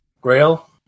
Grail